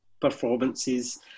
Performances